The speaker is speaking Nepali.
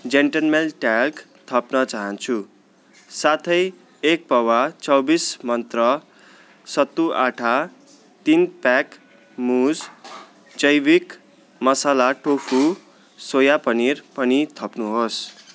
जेन्टलमेन टाल्क थप्न चाहन्छु साथै एक पावा चौबिस मन्त्र सत्तु आँटा तिन प्याक मुज जैविक मसला टोफू सोया पनिर पनि थप्नुहोस्